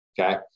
okay